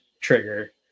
trigger